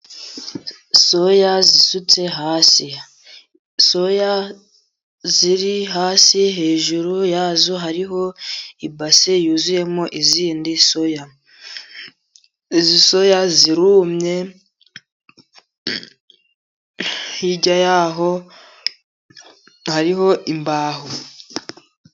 Soya zisutse hasi. Soya ziri hasi, hejuru yazo hariho ibase yuzuyemo izindi soya. Izi soya zirumye, hirya y'aho hariho imbaho.